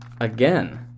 Again